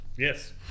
Yes